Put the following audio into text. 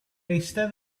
eistedd